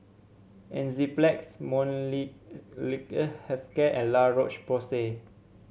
Enzyplex Health Care and La Roche Porsay